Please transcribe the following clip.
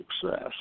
success